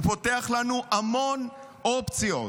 הוא פותח לנו המון אופציות.